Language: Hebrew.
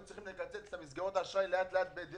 צריכים לקצץ את מסגרות האשראי לאט-לאט.